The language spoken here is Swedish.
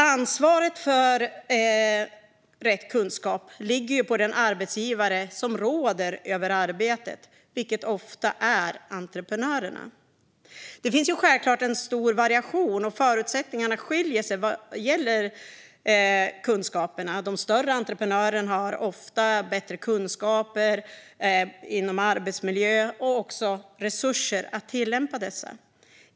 Ansvaret för rätt kunskap ligger ju på den arbetsgivare som råder över arbetet, vilket ofta är entreprenörerna. Det finns självklart en stor variation, och förutsättningarna skiljer sig åt vad gäller kunskaperna. De större entreprenörerna har ofta bättre kunskaper inom arbetsmiljö och även resurser att tillämpa dessa.